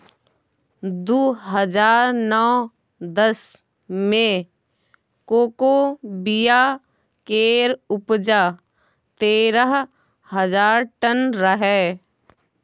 दु हजार नौ दस मे कोको बिया केर उपजा तेरह हजार टन रहै